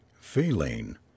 feeling